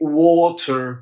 water